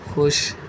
خوش